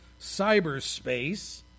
cyberspace